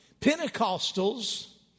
Pentecostals